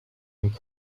and